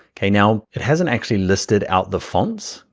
okay, now it hasn't actually listed out the fonts.